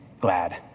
glad